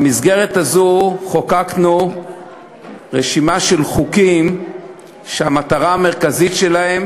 במסגרת הזאת חוקקנו רשימה של חוקים שהמטרה המרכזית שלהם